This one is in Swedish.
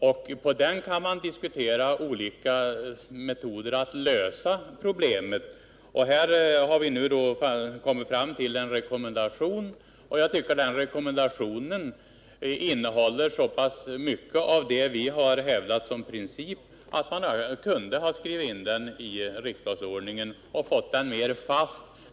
Utifrån den kan man diskutera olika metoder att lösa problemet, och utredningen har nu kommit fram till en rekommendation. Jag tycker den rekommendationen innehåller så pass mycket av det vi hävdat som princip att man kunde ha skrivit in den i riksdagsordningen och fått den mer fast.